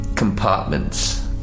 compartments